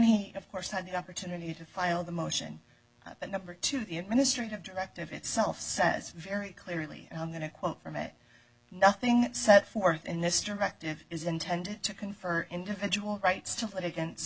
he of course had the opportunity to file the motion but number two the administrative directive itself says very clearly and i'm going to quote from it nothing set forth in this directive is intended to confer individual rights